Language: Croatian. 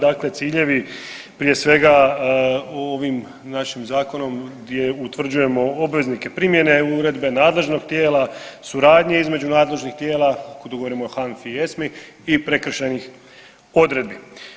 Dakle, ciljevi prije svega ovim našim zakonom gdje utvrđujemo obveznike primjene uredbe, nadležnog tijela, suradnje između nadležnih tijela kad tu govorimo o HANFI i ESMI i prekršajnih odredbi.